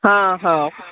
ହଁ ହଁ